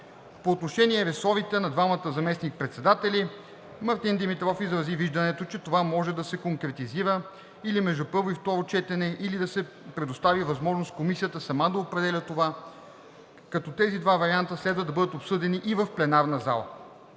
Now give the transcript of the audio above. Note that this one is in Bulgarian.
По отношение ресорите на двамата заместник-председатели Мартин Димитров изрази виждането, че това може да се конкретизира или между първо и второ четене, или да се предостави възможност Комисията сама да определя това, като тези два варианта следва да бъдат обсъдени и в пленарната зала.